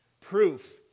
Proof